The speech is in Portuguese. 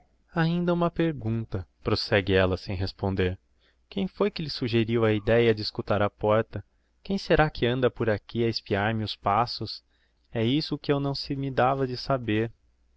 ainda uma pergunta prosegue ella sem responder quem foi que lhe suggeriu a ideia de escutar á porta quem será que anda por aqui a espiar me os passos é isso o que eu não se me dava de saber